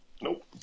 Nope